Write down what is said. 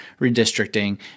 redistricting